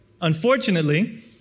Unfortunately